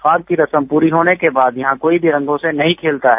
फाग की रस्म पूरी होने के बाद यहाँ कोई भी रंगो से नही खेलता है